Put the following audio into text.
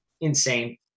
insane